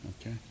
Okay